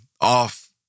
off